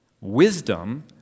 wisdom